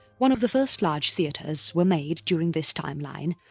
one of the first large theatres were made during this timeline,